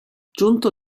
giunto